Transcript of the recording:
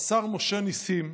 השר משה נסים,